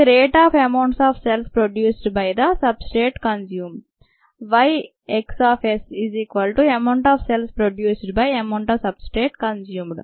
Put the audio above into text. ఇదీ rate of amounts of cells produce by the substrate consume